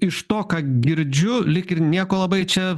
iš to ką girdžiu lyg ir nieko labai čia